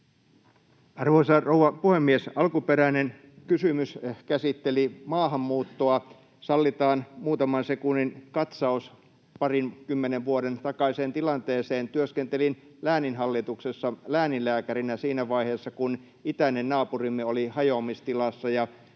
Arvoisa rouva puhemies! Alkuperäinen kysymys käsitteli maahanmuuttoa. Sallitaan muutaman sekunnin katsaus parinkymmenen vuoden takaiseen tilanteeseen. Työskentelin lääninhallituksessa lääninlääkärinä siinä vaiheessa, kun itäinen naapurimme oli hajoamistilassa